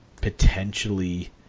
potentially